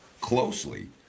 closely